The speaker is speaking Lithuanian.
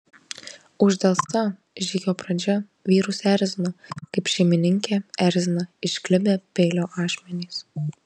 uždelsta žygio pradžia vyrus erzino kaip šeimininkę erzina išklibę peilio ašmenys